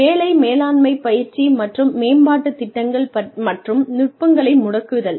வேலை மேலாண்மை பயிற்சி மற்றும் மேம்பாட்டுத் திட்டங்கள் மற்றும் நுட்பங்களை முடக்குதல்